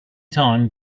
time